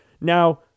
Now